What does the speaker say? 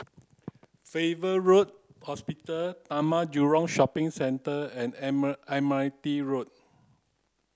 Farrer Road Hospital Taman Jurong Shopping Centre and Admiralty Road